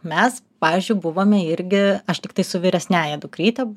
mes pavyzdžiui buvome irgi aš tiktai su vyresniąja dukryte